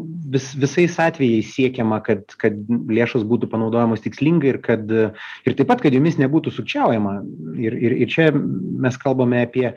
vis visais atvejais siekiama kad kad lėšos būtų panaudojamos tikslingai ir kad ir taip pat kad jomis nebūtų sukčiaujama ir ir ir čia mes kalbame apie